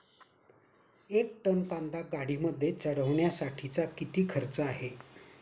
एक टन कांदा गाडीमध्ये चढवण्यासाठीचा किती खर्च आहे?